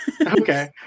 Okay